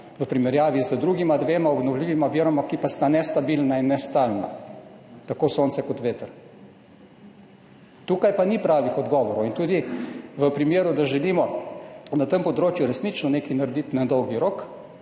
v primerjavi z drugima dvema obnovljivima viroma, ki pa sta nestabilna in nestalna, tako sonce kot veter. Tukaj pa ni pravih odgovorov in če želimo na tem področju resnično nekaj narediti na dolgi rok,